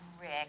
Rick